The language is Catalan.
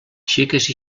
xiques